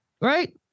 Right